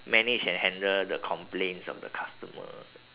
manage and handle the complaints of the customer